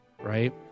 right